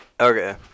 Okay